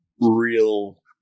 real